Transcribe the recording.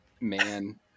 man